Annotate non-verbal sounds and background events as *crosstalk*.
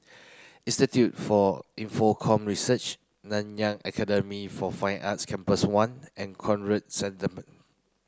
Institute for Infocomm Research Nanyang Academy for Fine Arts Campus one and Conrad *unintelligible*